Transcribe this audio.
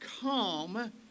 come